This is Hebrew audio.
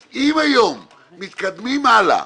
אז אם היום מתקדמים הלאה,